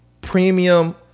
premium